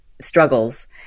struggles